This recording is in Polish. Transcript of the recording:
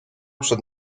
przed